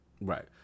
right